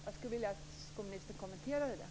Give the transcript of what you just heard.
Jag skulle vilja att skolministern kommenterade det.